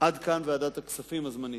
עד כאן ועדת הכספים הזמנית,